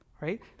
Right